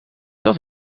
dat